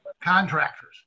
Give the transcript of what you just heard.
contractors